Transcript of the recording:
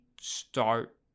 start